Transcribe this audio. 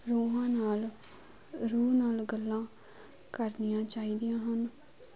ਰੂਹਾਂ ਨਾਲ ਰੂਹ ਨਾਲ ਗੱਲਾਂ ਕਰਨੀਆਂ ਚਾਹੀਦੀਆਂ ਹਨ